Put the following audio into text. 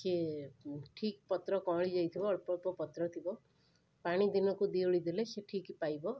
ସିଏ ଠିକ୍ ପତ୍ରକଅଁଳି ଯାଇଥିବ ଅଳ୍ପଅଳ୍ପ ପତ୍ର ଥିବ ପାଣି ଦିନକୁ ଦିଓଳି ଦେଲେ ସେ ଠିକ୍ ପାଇବ